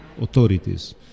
authorities